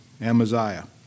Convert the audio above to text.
Amaziah